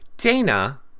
Dana